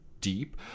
deep